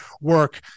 work